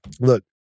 Look